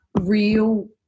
real